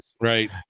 Right